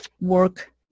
work